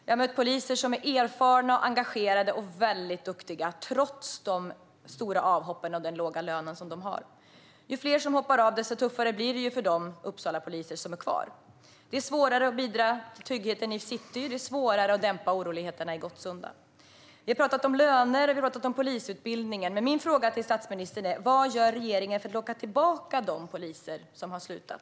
Jag har mött poliser som är erfarna, engagerade och väldigt duktiga, trots de stora avhoppen och den låga lön de har. Ju fler som hoppar av, desto tuffare blir det för de Uppsalapoliser som är kvar. Det är svårare att bidra till tryggheten i city, och det är svårare att dämpa oroligheterna i Gottsunda. Vi har talat om löner och polisutbildningen. Men min fråga till statsministern är: Vad gör regeringen för att locka tillbaka de poliser som redan har slutat?